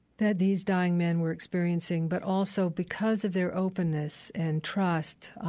that these dying men were experiencing, but also, because of their openness and trust,